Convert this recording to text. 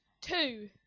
Two